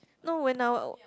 no when now